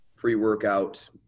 pre-workout